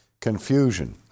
Confusion